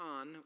on